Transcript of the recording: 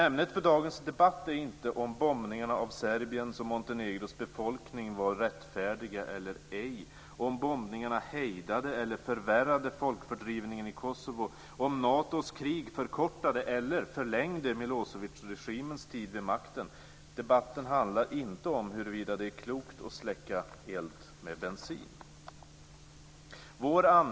Ämnet för dagens debatt är inte om bombningarna av Serbiens och Montenegros befolkning var rättfärdiga eller ej, om bombningarna hejdade eller förvärrade folkfördrivningen i Kosovo eller om Natos krig förkortade eller förlängde Milosevicregimens tid vid makten. Debatten handlar inte om huruvida det är klokt att släcka eld med bensin.